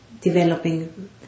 developing